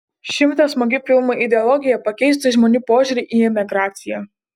šimto smagių filmų ideologija pakeistų žmonių požiūrį į emigraciją